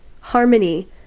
harmony